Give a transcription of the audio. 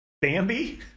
Bambi